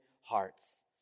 hearts